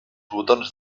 botons